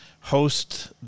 host